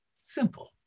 simple